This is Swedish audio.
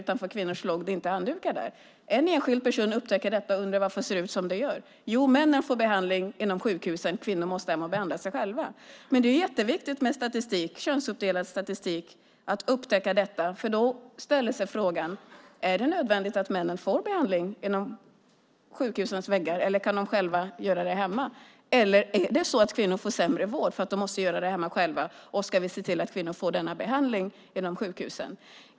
Utanför kvinnornas låg det inga handdukar. En enskild person upptäcker detta och undrar varför det ser ut som det gör. Jo, männen får behandling inom sjukhusen men kvinnorna måste hem och behandla sig själva. Det är jätteviktigt med könsuppdelad statistik så att man upptäcker detta. Då inställer sig frågan: Är det nödvändigt att männen får behandling inom sjukhusens väggar eller kan de själva göra detta hemma? Eller får kvinnor sämre vård eftersom de måste göra detta själva hemma? Ska vi se till att kvinnor får denna behandling inom sjukhusen?